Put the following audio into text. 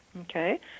Okay